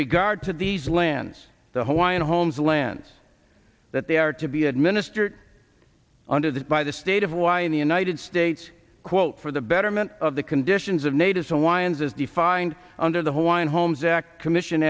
regard to these lands the hawaiian homes the lands that they are to be administered under the by the state of y in the united states quote for the betterment of the conditions of native hawaiians as defined under the hawaiian homes act commission